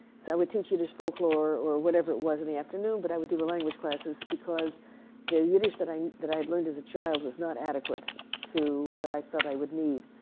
so, i would teach yiddish folklore or whatever it was in the afternoon, but i would do language classes, because the yiddish that i that i had learned as a child was not adequate to what i felt i would need,